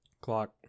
Clock